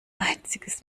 einziges